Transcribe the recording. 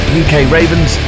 ukravens